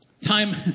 Time